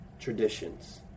Traditions